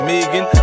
Megan